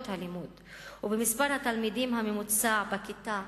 הלימוד ובמספר התלמידים הממוצע בכיתה,